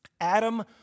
Adam